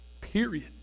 Period